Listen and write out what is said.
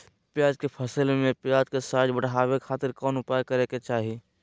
प्याज के फसल में प्याज के साइज बढ़ावे खातिर कौन उपाय करे के चाही?